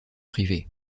privées